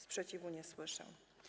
Sprzeciwu nie słyszę.